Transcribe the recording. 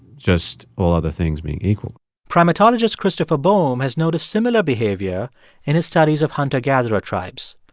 just all other things being equal primatologist christopher boehm has noticed similar behaviour in his studies of hunter-gatherer tribes.